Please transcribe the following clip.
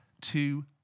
two